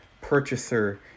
purchaser